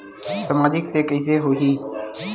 सामाजिक से कइसे होही?